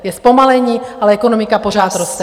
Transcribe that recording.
Je zpomalení, ale ekonomika pořád roste.